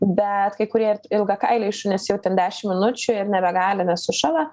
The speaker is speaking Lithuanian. bet kai kurie ilgakailiai šunys jau ten dešim minučių ir nebegali nes sušąla